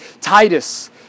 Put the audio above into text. Titus